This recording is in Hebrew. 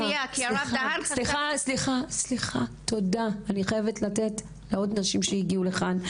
אני חייבת לתת לעוד נשים שהגיעו לכאן,